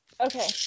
Okay